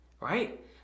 right